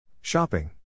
Shopping